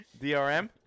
DRM